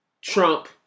Trump